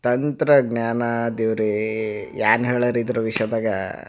ತಂತ್ರಜ್ಞಾನ ದೇವರೇ ಏನ್ ಹೇಳೋರು ಇದ್ರ ವಿಷಯದಾಗ